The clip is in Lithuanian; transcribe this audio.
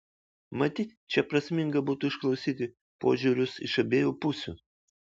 matyt čia prasminga būtų išklausyti požiūrius iš abiejų pusių